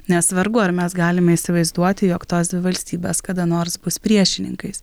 nes vargu ar mes galim įsivaizduoti jog tos dvi valstybės kada nors bus priešininkais